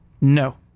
No